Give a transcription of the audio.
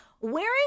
wearing